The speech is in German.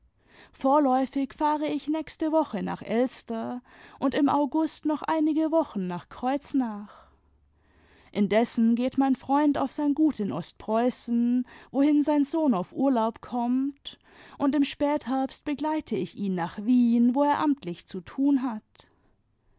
vorläufig fahre ich nächste woche nach elster und im august noch einige wochen nach kreuznach indessen geht mein freund auf sein gut in ostpreußen wohin sein sohn auf urlaub kommt und im spätherbst begleite ich ihn nach wien wo er amtlich zu tun hat